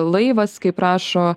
laivas kaip rašo